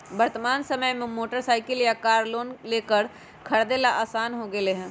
वर्तमान समय में मोटर साईकिल या कार लोन लेकर खरीदे ला आसान हो गयले है